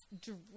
dress